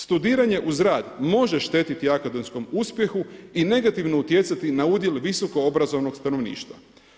Studiranje uz rad, može štetiti akademskom uspjehu i negativno utjecati na udjel visokoobrazovnog stanovništva.